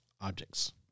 objects